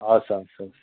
हस् हस् हस्